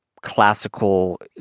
Classical